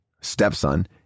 stepson